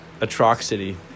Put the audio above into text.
Atrocity